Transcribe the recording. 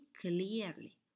clearly